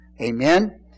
Amen